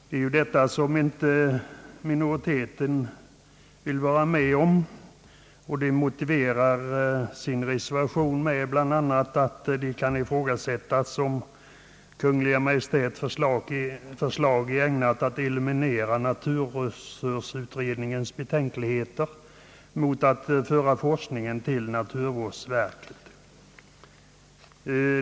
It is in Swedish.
Det vill minoriteten i utskottet inte vara med om. Man motiverar sin reservation bl.a. med att det kan ifrågasättas om Kungl. Maj:ts förslag är ägnat att eliminera naturresursutredningens betänkligheter mot att föra forskningsfrågorna till naturvårdsverket.